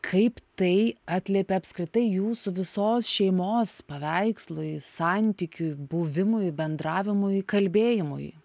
kaip tai atliepia apskritai jūsų visos šeimos paveikslui santykiui buvimui bendravimui kalbėjimui